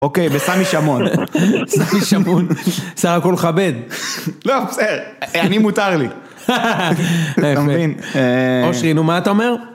אוקיי, וסמי שמון. סמי שמון, בסך הכל מכבד. לא, בסדר, אני מותר לי. תמתין, אושרין, ומה אתה אומר?